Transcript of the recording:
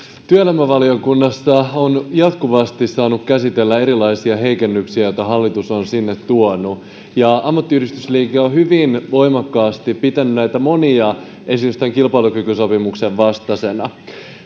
työelämävaliokunnassa on jatkuvasti saanut käsitellä erilaisia heikennyksiä joita hallitus on sinne tuonut ja ammattiyhdistysliike on hyvin voimakkaasti pitänyt näistä monia esimerkiksi kilpailukykysopimuksen vastaisina